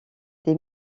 des